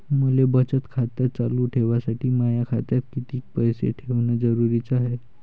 मले बचत खातं चालू ठेवासाठी माया खात्यात कितीक पैसे ठेवण जरुरीच हाय?